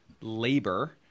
labor